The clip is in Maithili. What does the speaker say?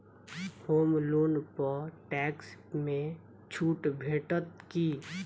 होम लोन पर टैक्स मे छुट भेटत की